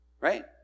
Right